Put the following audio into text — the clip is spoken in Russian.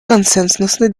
консенсусный